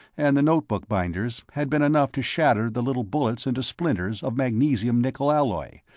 and the notebook binders, had been enough to shatter the little bullet into splinters of magnesium-nickel alloy,